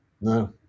No